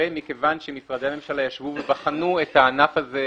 ומכיוון שמשרדי הממשלה ישבו ובחנו את הענף את הזה,